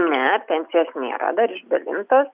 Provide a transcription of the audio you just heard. ne pensijos nėra dar išdalintos